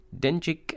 Denchik